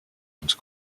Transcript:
und